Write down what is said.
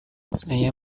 saya